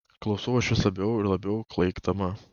klausau aš vis labiau ir labiau klaikdama